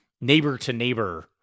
neighbor-to-neighbor